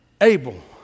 Abel